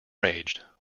raged